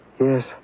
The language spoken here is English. Yes